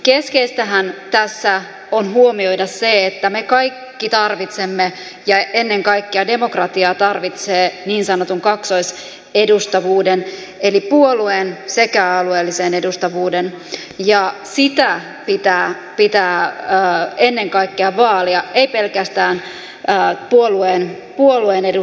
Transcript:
keskeistähän tässä on huomioida se että me kaikki tarvitsemme ja ennen kaikkea demokratia tarvitsee niin sanotun kaksoisedustavuuden eli sekä puolueen että alueellisen edustavuuden ja sitä pitää ennen kaikkea vaalia ei pelkästään puolueen edustavuutta